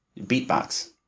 Beatbox